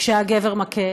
כשהגבר מכה,